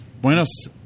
Buenos